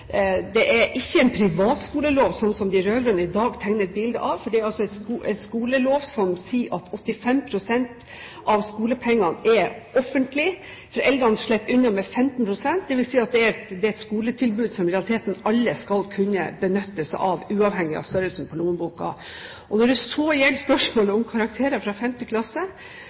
Det er ikke en privatskolelov slik som den de rød-grønne i dag tegner et bilde av, fordi det er en skolelov som sier at 85 pst. av skolepengene er offentlige. Foreldrene slipper unna med 15 pst., dvs. at det er et skoletilbud som i realiteten alle skal kunne benytte seg av, uavhengig av størrelsen på lommeboken. Når det så gjelder spørsmålet om karakterer fra 5. klasse,